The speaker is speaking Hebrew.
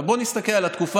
אבל בוא נסתכל על התקופה,